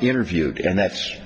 interviewed and